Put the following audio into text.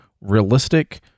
realistic